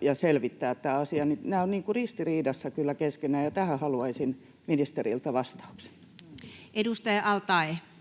ja selvittää tämä asia. Nämä ovat kyllä ristiriidassa keskenään, ja tähän haluaisin ministeriltä vastauksen. [Speech 25]